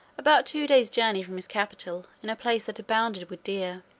about two days journey from his capital, in a place that abounded with deer,